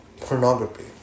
pornography